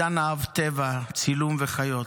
עידן אהב טבע, צילום וחיות.